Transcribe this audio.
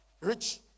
Rich